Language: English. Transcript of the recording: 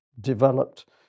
developed